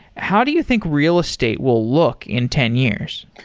how do you think real estate will look in ten years?